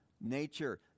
nature